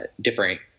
different